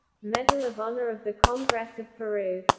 medal of honour of the congress of peru